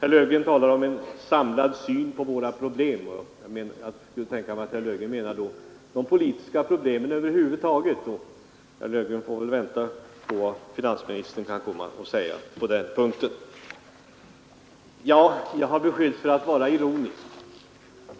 Herr Löfgren talar om en samlad syn på våra problem. Jag kan tänka mig att herr Löfgren då menar de politiska problemen över huvud taget. Herr Löfgren får väl vänta på vad finansministern kan komma att säga på den punkten. Jag har beskyllts för att vara ironisk.